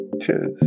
Cheers